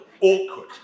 awkward